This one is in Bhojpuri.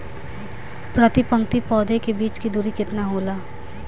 प्रति पंक्ति पौधे के बीच की दूरी केतना होला?